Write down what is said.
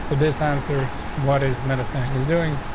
this answers what is meditating is doing,